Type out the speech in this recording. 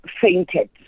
fainted